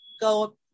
go